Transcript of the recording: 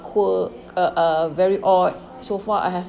quirk uh uh very odd so far I have